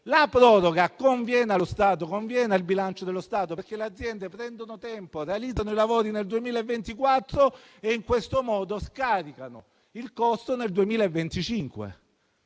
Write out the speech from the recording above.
La proroga conviene al bilancio dello Stato, perché le aziende prendono tempo, realizzano i lavori nel 2024 e in questo modo scaricano il costo nel 2025.